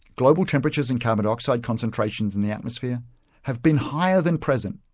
global temperatures and carbon dioxide concentrations in the atmosphere have been higher than present.